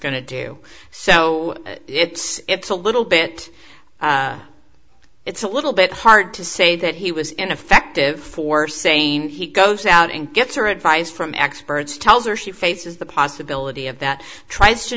going to do so it's a little bit it's a little bit hard to say that he was ineffective for saying that he goes out and gets her advice from experts tells her she faces the possibility of that tries to